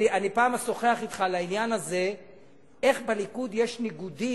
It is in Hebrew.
אני פעם אשוחח אתך על העניין הזה איך בליכוד יש ניגודים,